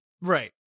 Right